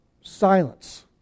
silence